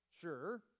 sure